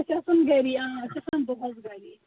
بہٕ چھس آسان گرے آں أسۍ چھ آسان دۄہس گرے